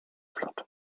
flott